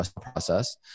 process